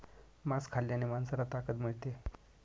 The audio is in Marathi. मांस खाल्ल्याने माणसाला ताकद मिळते